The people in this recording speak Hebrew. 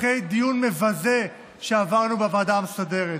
אחרי דיון מבזה שעברנו בוועדה המסדרת?